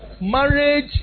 Marriage